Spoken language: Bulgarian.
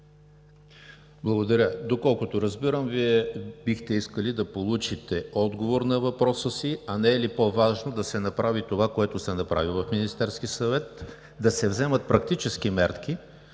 Благодаря. Доколкото разбирам, Вие бихте искали да получите отговор на въпроса си, а не е ли по-важно да се направи това, което се направи в Министерския съвет – да се вземат практически мерки